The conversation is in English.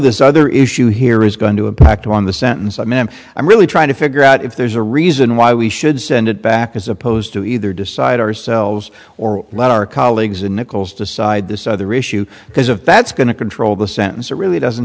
this other issue here is going to impact on the sentence i mean i'm really trying to figure out if there's a reason why we should send it back as opposed to either decide ourselves or let our colleagues in nichols decide this other issue because if that's going to control the sentence or really doesn't